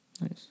nice